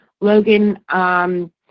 Logan